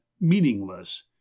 meaningless